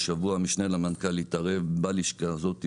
השבוע משנה למנכ"ל התערב בלשכה הזו.